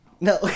No